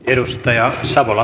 edustaja savola